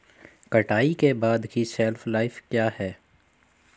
कटाई के बाद की शेल्फ लाइफ क्या है?